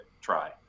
try